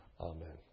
Amen